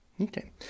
Okay